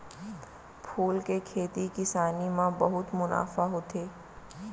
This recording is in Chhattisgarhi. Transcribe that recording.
फूल के खेती किसानी म बहुत मुनाफा होथे